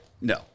No